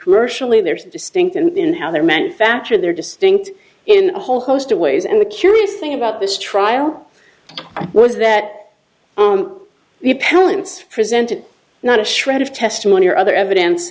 commercially there's a distinct and in how they're manufactured they're distinct in a whole host of ways and the curious thing about this trial was that the appellant's presented not a shred of testimony or other evidence